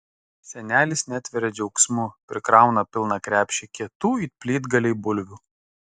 senelis netveria džiaugsmu prikrauna pilną krepšį kietų it plytgaliai bulvių